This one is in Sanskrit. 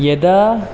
यदा